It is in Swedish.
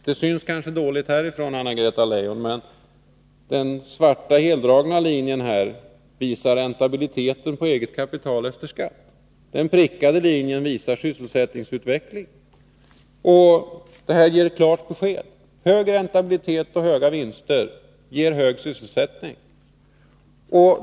Det är kanske svårt att se diagrammet på det här avståndet, men den svarta heldragna linjen visar räntabiliteten på eget kapital efter skatt. Den prickade linjen visar sysselsättningen. Här får man klart besked, nämligen att hög räntabilitet och höga vinster ger hög sysselsättning.